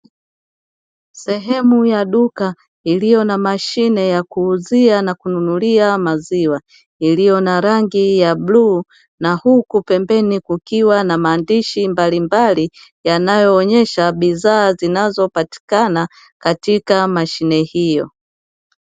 Sehemu ya duka iliyo na mashine ya kuuzia na kununulia maziwa, iliyo na rangi ya bluu na huku pembeni kukiwa na maandishi mbalimbali yanayo onyesha bidhaa zinazopatikana katika mashine hiyo.